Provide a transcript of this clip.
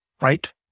Right